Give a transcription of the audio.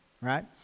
right